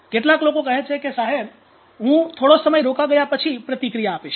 કેટલાક લોકો કહે છે કે સાહેબ હું થોડો સમય રોકાય ગયા પછી પ્રતિક્રિયા આપીશ